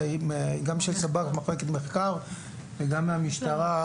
מחלקת מחקר וגם מהמשטרה,